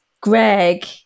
Greg